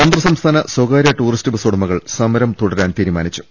അന്തർ സംസ്ഥാന സ്വകാര്യ ടൂറിസ്റ്റ് ബസുടമകൾ സമരം തുട രാൻ തീരുമാനിച്ചു